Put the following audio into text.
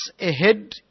ahead